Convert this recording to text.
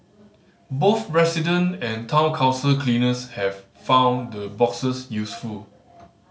both resident and Town Council cleaners have found the boxes useful